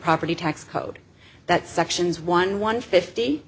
property tax code that sections one one fifty